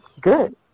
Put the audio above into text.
good